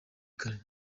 kare